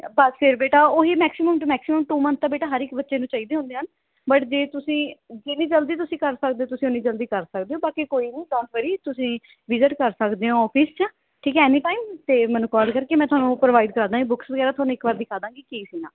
ਬਸ ਫਿਰ ਬੇਟਾ ਓਹੀ maximum two maximum two month ਤਾਂ ਬੇਟਾ ਹਰ ਇੱਕ ਬੱਚੇ ਨੂੰ ਚਾਹੀਦੇ ਹੁੰਦੇ ਹਨ ਬਟ ਜੇ ਤੁਸੀਂ ਜਿੰਨੀ ਜਲਦੀ ਤੁਸੀਂ ਕਰ ਸਕਦੇ ਓ ਤੁਸੀਂ ਓਨੀ ਜਲਦੀ ਕਰ ਸਕਦੇ ਓ ਬਾਕੀ ਕੋਈ ਨੀ ਡੋਂਟ ਵਰੀ ਤੁਸੀਂ ਵਿਜ਼ੀਟ ਕਰ ਸਕਦੇ ਹੋ ਆਫਿਸ 'ਚ ਠੀਕ ਹੈ ਐਨੀ ਟਾਈਮ ਅਤੇ ਮੈਨੂੰ ਕਾਲ ਕਰਕੇ ਮੈਂ ਤੁਹਾਨੂੰ ਪ੍ਰੋਵਾਈਡ ਕਰਦਾਗੀ ਬੁੱਕਜ਼ ਵਗੈਰਾ ਤੁਹਾਨੂੰ ਇੱਕ ਵਾਰ ਦਿਖਾਦਾਗੀ ਕੀ ਸੀਨ ਆ